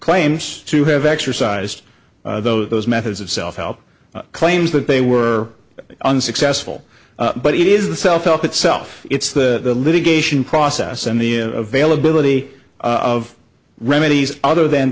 claims to have exercised those methods of self help claims that they were unsuccessful but it is the self help itself it's the litigation process and the availability of remedies other than